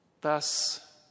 Thus